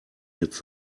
jetzt